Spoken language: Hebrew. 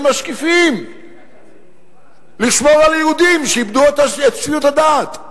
משקיפים לשמור על היהודים שאיבדו את שפיות הדעת.